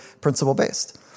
principle-based